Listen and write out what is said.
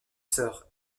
sœurs